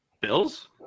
Bill's